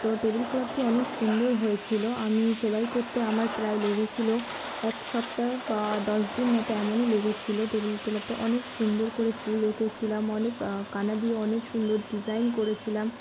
তো টেবিল ক্লথটি অনেক সুন্দর হয়েছিলো আমি সেলাই করতে আমার প্রায় লেগেছিলো এক সপ্তাহ বা দশ দিন মতো এমনই লেগেছিলো টেবিল ক্লথটা অনেক সুন্দর করে ফুল এঁকেছিলাম অনেক কানা দিয়ে অনেক সুন্দর ডিজাইন করেছিলাম